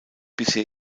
bisher